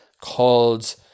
called